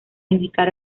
indicar